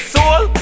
Soul